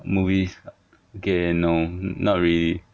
movies okay no not really